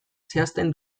zehazten